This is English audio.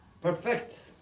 perfect